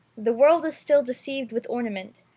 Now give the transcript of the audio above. the world is still deceived with ornament,